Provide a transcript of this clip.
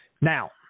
Now